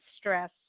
Stress